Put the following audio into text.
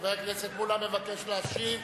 חבר הכנסת מולה מבקש להשיב.